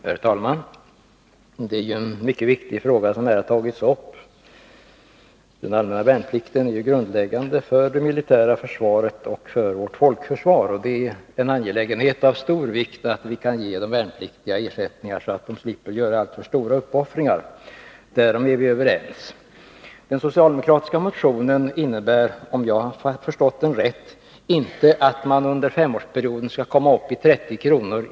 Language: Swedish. Herr talman! Det är en mycket viktig fråga som här har tagits upp. Den allmänna värnplikten är grundläggande för det militära försvaret och för vårt folkförsvar, och det är en angelägenhet av stor vikt att vi kan ge de värnpliktiga sådan ersättning att de slipper att göra alltför stora uppoffringar — därom är vi överens. Den socialdemokratiska motionen innebär — om jag förstått den rätt — inte att man under femårsperioden skall komma upp till 30 kr.